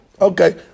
Okay